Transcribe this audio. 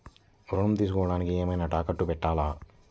ఋణం తీసుకొనుటానికి ఏమైనా తాకట్టు పెట్టాలా?